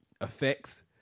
effects